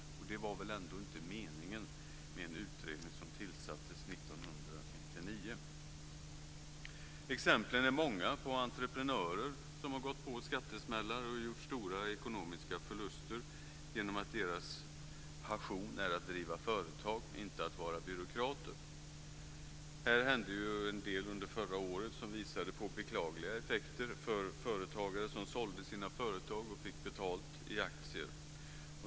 Det var väl ändå inte meningen med en utredning som tillsattes 1999. Exemplen är många på entreprenörer som har gått på skattesmällar och gjort stora ekonomiska förluster genom att deras passion är att driva företag - inte att vara byråkrater. Här hände ju en del under förra året som visade på beklagliga effekter för företagare som sålde sina företag och fick betalt i aktier.